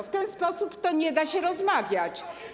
W ten sposób to nie da się rozmawiać.